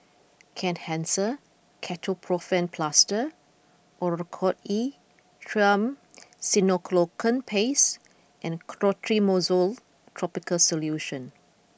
Kenhancer Ketoprofen Plaster Oracort E Triamcinolone Paste and Clotrimozole tropical solution